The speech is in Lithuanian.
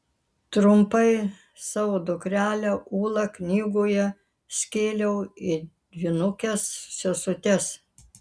trumpai savo dukrelę ūlą knygoje skėliau į dvynukes sesutes